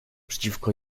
przeciwko